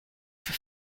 for